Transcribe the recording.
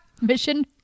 Mission